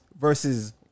versus